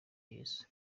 yesu